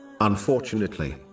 Unfortunately